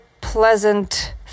pleasant